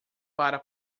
para